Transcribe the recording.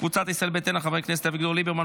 קבוצת סיעת ישראל ביתנו: חברי הכנסת אביגדור ליברמן,